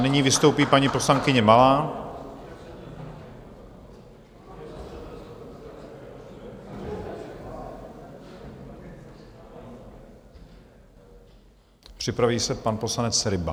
Nyní vystoupí paní poslankyně Malá, připraví se pan poslanec Ryba.